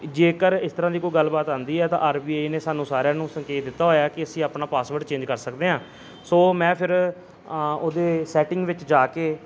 ਜੇਕਰ ਇਸ ਤਰ੍ਹਾਂ ਦੀ ਕੋਈ ਗੱਲਬਾਤ ਆਉਂਦੀ ਹੈ ਤਾਂ ਆਰ ਬੀ ਆਈ ਨੇ ਸਾਨੂੰ ਸਾਰਿਆਂ ਨੂੰ ਸੰਕੇਤ ਦਿੱਤਾ ਹੋਇਆ ਕਿ ਅਸੀਂ ਆਪਣਾ ਪਾਸਵਰਡ ਚੇਂਜ ਕਰ ਸਕਦੇ ਹਾਂ ਸੋ ਮੈਂ ਫਿਰ ਉਹਦੇ ਸੈਟਿੰਗ ਵਿੱਚ ਜਾ ਕੇ